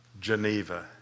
Geneva